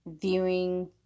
viewing